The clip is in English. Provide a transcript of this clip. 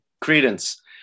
credence